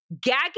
gagging